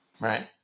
Right